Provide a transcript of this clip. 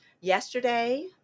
Yesterday